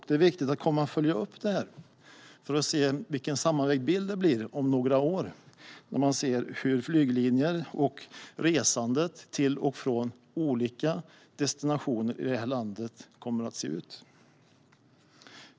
Det är viktigt att följa upp det här för att se vad den sammanvägda bilden blir om några år. Det gäller hur flyglinjer och resandet till och från olika destinationer i landet kommer att se ut.